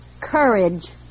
courage